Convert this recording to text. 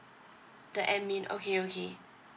the admin okay okay